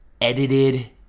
edited